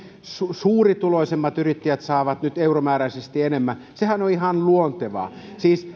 suurituloisimmat yrittäjät saavat nyt euromääräisesti enemmän sehän on ihan luontevaa siis